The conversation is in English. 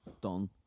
done